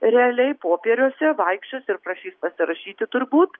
realiai popieriuose vaikščios ir prašys pasirašyti turbūt